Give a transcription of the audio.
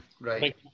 Right